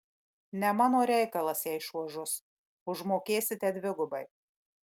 ne mano reikalas jei šuo žus užmokėsite dvigubai